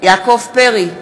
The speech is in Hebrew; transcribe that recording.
יעקב פרי,